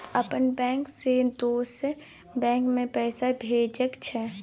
अपन बैंक से दोसर बैंक मे पैसा भेजबाक छै?